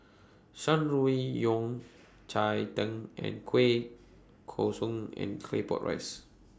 Shan Rui Yao Cai Tang and Kueh Kosui and Claypot Rice